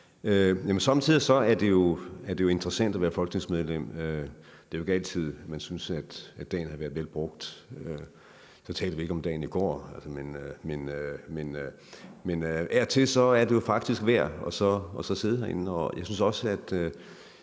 Somme tider er det jo interessant at være folketingsmedlem. Det er jo ikke altid, man synes, at dagen har været vel brugt – så taler vi ikke om dagen i går. Men af og til er det jo faktisk værd at sidde herinde, og jeg